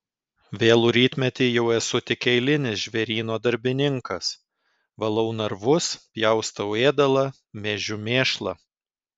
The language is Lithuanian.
vėlų rytmetį jau esu tik eilinis žvėryno darbininkas valau narvus pjaustau ėdalą mėžiu mėšlą